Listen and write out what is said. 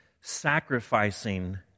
Sacrificing